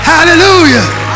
Hallelujah